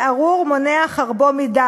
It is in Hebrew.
וארור מונע חרבו מדם'".